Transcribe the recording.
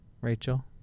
Rachel